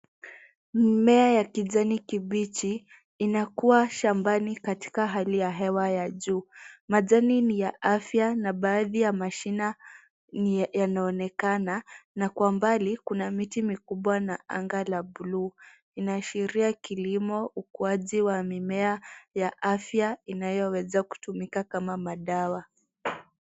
Mimea ya kijani kibichi inakua shambani katika hali ya hewa ya juu. Majani ni ya afya na baadhi ya mashina yanaonekana na kwa mbali, kuna miti mikubwa na anga la buluu linaloashiria kilimo ukuaji wa mimea ya afya inayoweza kutumika kama madawa.